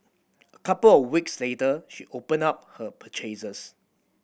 couple of weeks later she opened up her purchases